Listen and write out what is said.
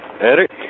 Eric